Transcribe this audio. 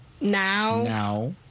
Now